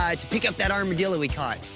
to pick up that armadillo we caught.